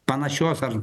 panašios ar